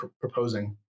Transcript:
proposing